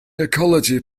ecology